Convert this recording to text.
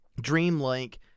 dreamlike